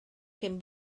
cyn